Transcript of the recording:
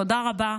תודה רבה.